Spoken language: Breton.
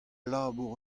labour